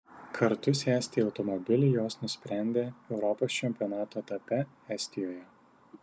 kartu sėsti į automobilį jos nusprendė europos čempionato etape estijoje